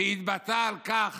שהתבטאה על כך